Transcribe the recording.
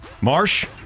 Marsh